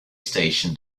station